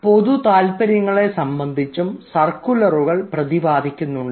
പൊതു താൽപ്പര്യങ്ങളെ സംബന്ധിച്ചും സർക്കുലറുകൾ പ്രതിപാദിക്കുന്നുണ്ട്